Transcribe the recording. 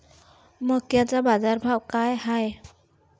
मक्याचा बाजारभाव काय हाय?